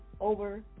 over